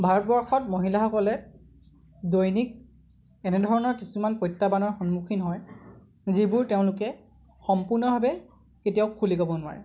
ভাৰতবৰ্ষত মহিলাসকলে দৈনিক এনেধৰণৰ কিছুমান প্ৰত্যাহ্বানৰ সন্মুখীন হয় যিবোৰ তেওঁলোকে সম্পূৰ্ণভাবে কেতিয়াও খুলি ক'ব নোৱাৰে